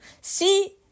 see